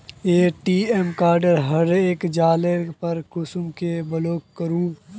ATM card हरे जाले पर कुंसम के ब्लॉक करूम?